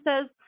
says